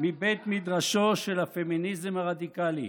מבית מדרשו של הפמיניזם הרדיקלי.